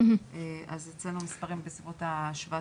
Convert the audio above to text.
אז אצלנו המספרים הם בסביבות ה-7,000.